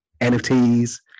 nfts